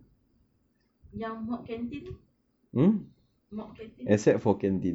yang mop canteen mop canteen